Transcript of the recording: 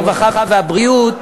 הרווחה והבריאות.